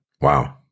Wow